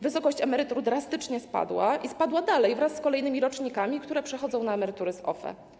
Wysokość emerytur drastycznie spadła i spada dalej wraz z kolejnymi rocznikami, które przechodzą na emeryturę z OFE.